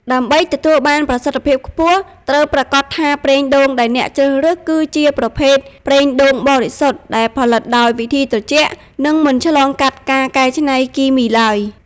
ដើម្បីទទួលបានប្រសិទ្ធភាពខ្ពស់ ត្រូវប្រាកដថាប្រេងដូងដែលអ្នកជ្រើសរើស គឺជាប្រភេទ ប្រេងដូងបរិសុទ្ធ ដែលផលិតដោយវិធីត្រជាក់ និងមិនឆ្លងកាត់ការកែច្នៃគីមីទ្បើយ។